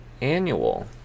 annual